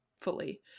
fully